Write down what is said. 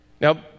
Now